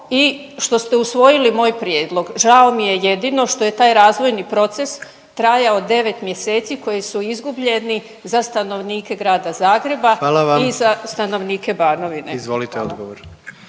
što ste usvojili moj prijedlog. Žao mi je jedino što je taj razvojni proces trajao 9 mjeseci koji su izgubljeni za stanovnike Grada Zagreba …/Upadica: